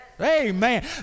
Amen